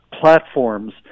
platforms